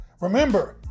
Remember